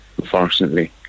Unfortunately